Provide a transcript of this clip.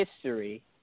history